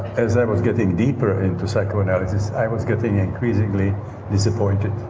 as i was getting deeper into psychoanalysis i was getting increasingly disappointed.